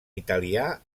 italià